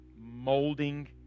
molding